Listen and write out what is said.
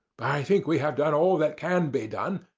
but i think we have done all that can be done,